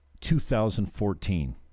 2014